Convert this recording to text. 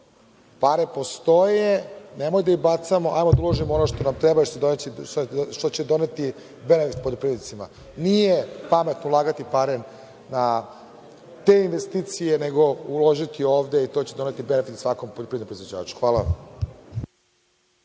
Pare postoje, nemojmo da ih bacamo, hajde da uložimo u ono što nam treba i ono što će doneti benefit poljoprivrednicima. Nije pametno ulagati pare na te investicije, nego uložiti ovde, i to će doneti benefit svakom poljoprivrednom proizvođaču. Hvala.